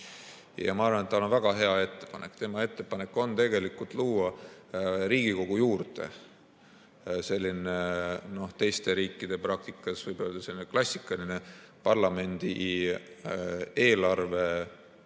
Ma arvan, et tal on väga hea ettepanek. Tema ettepanek on luua Riigikogu juurde selline teiste riikide praktikas, võib öelda, klassikaline parlamendi eelarvekogu